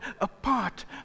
apart